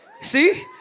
See